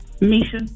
Misha